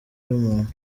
y’umuntu